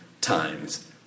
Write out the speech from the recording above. times